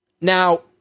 Now